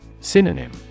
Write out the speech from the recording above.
Synonym